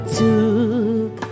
took